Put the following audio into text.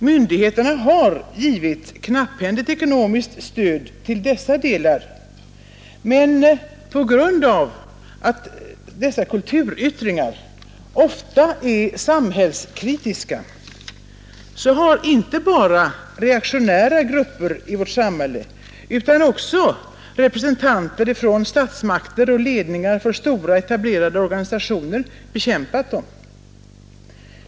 Myndigheterna har givit knapphändigt ekonomiskt stöd till delar av dessa, men på grund av att dessa kulturyttringar ofta är samhällskritiska, har inte bara reaktionära grupper i vårt samhälle utan även representanter för statsmakterna och ledningarna för stora etablerade organisationer bekämpat dem.